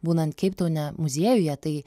būnant keiptaune muziejuje tai